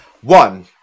One